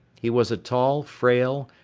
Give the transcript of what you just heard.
he was a tall, frail,